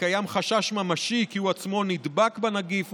וקיים חשש ממשי שהוא עצמו נדבק בנגיף,